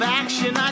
action